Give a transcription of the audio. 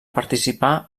participar